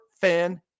Fan